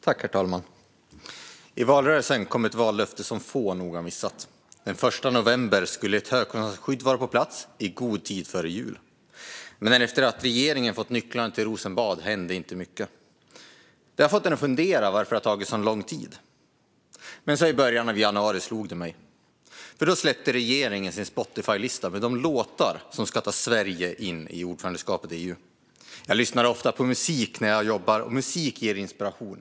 Herr talman! I valrörelsen kom ett vallöfte som få nog har missat. Den 1 november skulle ett högkostnadsskydd vara på plats i god tid före jul. Men efter att regeringen hade fått nycklarna till Rosenbad hände inte mycket. Det har fått en att fundera på varför det har tagit så lång tid. I början av januari slog det mig. Då släppte regeringen sin Spotifylista med de låtar som ska ta Sverige in i ordförandeskapet i EU. Jag lyssnar ofta på musik när jag jobbar, och musik ger inspiration.